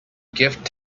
gift